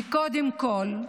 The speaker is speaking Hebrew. וקודם כול,